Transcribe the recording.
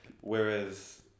Whereas